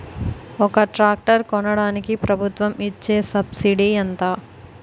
ఒక ట్రాక్టర్ కొనడానికి ప్రభుత్వం ఇచే సబ్సిడీ ఎంత?